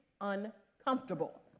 uncomfortable